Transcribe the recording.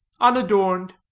unadorned